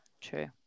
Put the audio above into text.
true